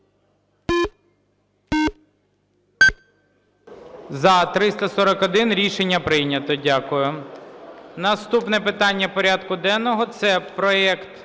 За-341 Рішення прийнято. Дякую. Наступне питання порядку денного - це проект